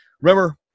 Remember